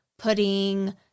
putting